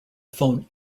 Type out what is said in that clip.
phone